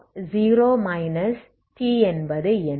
u10 t என்பது என்ன